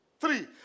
Three